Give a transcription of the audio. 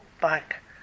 back